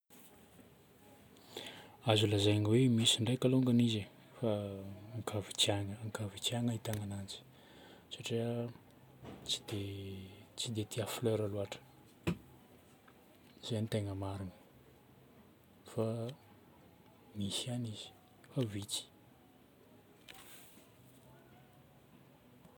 Azo lazaigna hoe misy ndraika alongany izy e, fa ankavitsiagna, ankavitsiagna ahitagna ananjy. Satria tsy dia, tsy dia tia fleur loatra. Zay no tegna marina. Fa misy ihany izy fa vitsy.